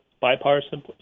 bipartisan